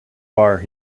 far